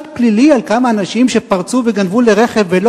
פלילי על כמה אנשים שפרצו לרכב וגנבו,